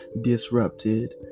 disrupted